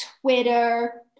Twitter